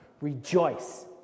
Rejoice